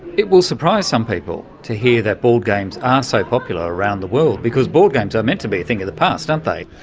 it will surprise some people to hear that board games are so popular around the world, because board games are meant to be a thing of the past, aren't they?